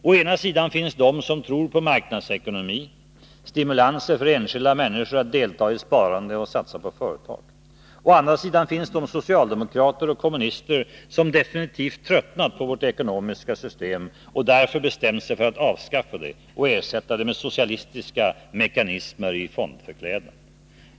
Å ena sidan finns de som tror på marknadsekonomi, stimulanser för enskilda människor att delta i sparande och satsa på företag. Å andra sidan finns det socialdemokrater och kommunister som definitivt tröttnat på vårt ekonomiska system och därför bestämt sig för att avskaffa det och ersätta det med socialistiska mekanismer i fondförklädnad.